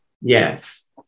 Yes